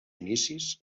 inicis